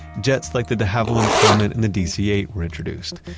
jets like the de havilland comet and the dc eight were introduced.